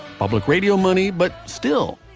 public radio money but still,